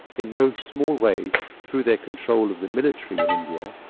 in no small way through their control of the military in india,